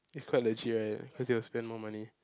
it's quite legit [right] cause they will spend more money